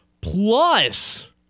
Plus